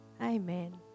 Amen